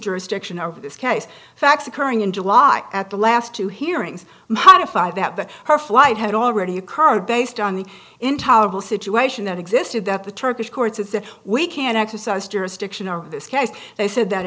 jurisdiction over this case facts occurring in july at the last two hearings modify that her flight had already occurred based on the intolerable situation that existed that the turkish courts as we can